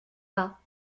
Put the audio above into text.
bas